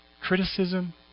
criticism